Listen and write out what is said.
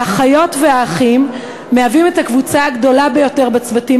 האחיות והאחים מהווים את הקבוצה הגדולה ביותר בצוותים